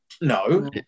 No